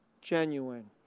genuine